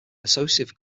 associative